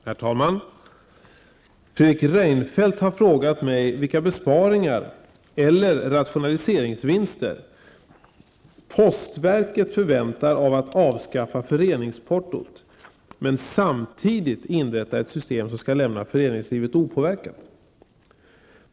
Herr talman! Fredrik Reinfeldt har frågat mig vilka besparingar eller rationaliseringsvinster postverket förväntar sig av att avskaffa föreningsportot samtidigt som man inrättar ett system som skall lämna föreningslivet opåverkat.